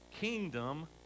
kingdom